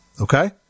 Okay